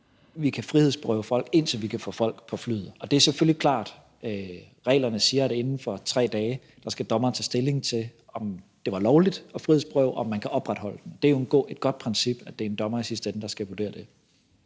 kan frihedsberøve folk, indtil vi kan få dem på flyet. Reglerne siger selvfølgelig klart, at inden for 3 dage skal dommeren tage stilling til, om det var lovligt at frihedsberøve, og om man kan opretholde frihedsberøvelsen. Det er jo et godt princip, at det i sidste ende er en dommer, der skal vurdere det.